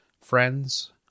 friends